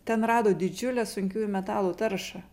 ten rado didžiulę sunkiųjų metalų taršą